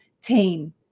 team